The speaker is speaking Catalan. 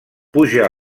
puja